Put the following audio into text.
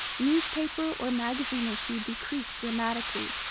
newspaper, or magazine issue decreased dramatically.